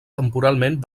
temporalment